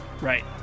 right